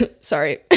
Sorry